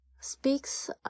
speaks